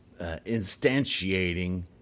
instantiating